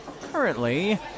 Currently